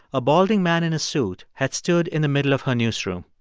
a balding man in a suit had stood in the middle of her newsroom.